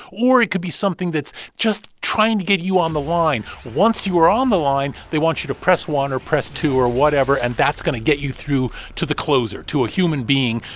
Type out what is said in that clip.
or it could be something that's just trying to get you on the line. once you are on the line, they want you to press one or press two or whatever, and that's going to get you through to the closer, to a human being.